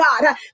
God